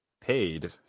paid